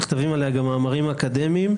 שנכתבים עליה גם מאמרים אקדמיים.